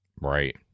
right